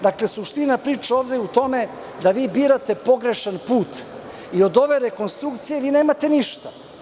Dakle, suština priče ovde je u tome da vi birate pogrešan put i od ove rekonstrukcije vi nemate ništa.